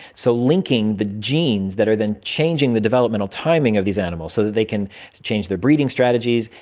so linking the genes that are then changing the developmental timing of these animals so that they can change their breeding strategies,